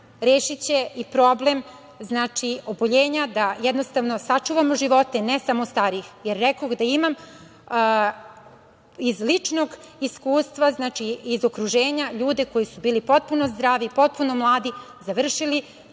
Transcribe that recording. rešiće i problem oboljenja, da jednostavno sačuvamo živote ne samo starijih, jer rekoh da imam iz ličnog iskustva, iz okruženja, ljude koji su bili potpuno zdravi i potpuno mladi završili